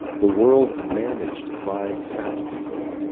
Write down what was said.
the world managed by fat people